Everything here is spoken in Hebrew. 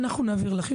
אנחנו נעביר לך.